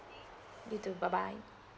you too bye bye